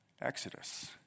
Exodus